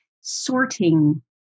sorting